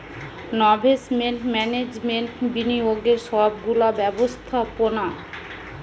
investment management বিনিয়োগের সব গুলা ব্যবস্থাপোনা